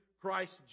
Christ